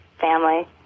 family